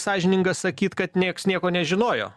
sąžininga sakyt kad niekas nieko nežinojo